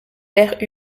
père